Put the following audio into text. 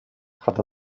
had